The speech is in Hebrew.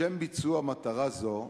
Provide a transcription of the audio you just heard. לשם ביצוע מטרה זו,